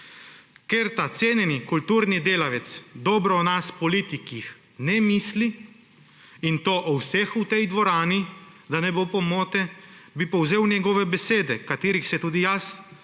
Ker ta cenjeni kulturni delavec dobro o nas, politikih, ne misli – in to o vseh v tej dvorani, da ne bo pomote – bi povzel njegove besede, ki se jih tudi sam, na